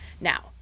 Now